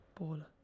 Baller